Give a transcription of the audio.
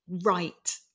right